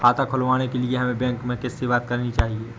खाता खुलवाने के लिए हमें बैंक में किससे बात करनी चाहिए?